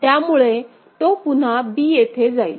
त्यामुळे तो पुन्हा b येथे जाईल